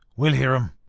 we'll hear him.